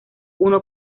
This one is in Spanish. uno